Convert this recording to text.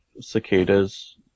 cicadas